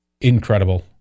Incredible